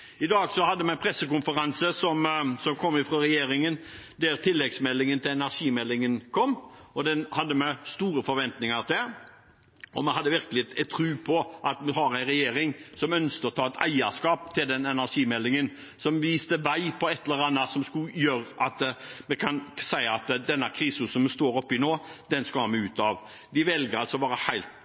I dag hadde vi en pressekonferanse, som kom fra regjeringen, der tilleggsmeldingen til energimeldingen kom. Den hadde vi store forventninger til, og vi hadde virkelig en tro på at vi har en regjering som ønsket å ta et eierskap til den energimeldingen, som viste vei på et eller annet som skulle gjøre at vi kan si at vi skal ut av denne krisen som vi står oppe i nå. De velger altså å være helt fraværende. De